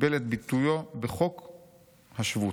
שקיבל את ביטויו בחוק השבות.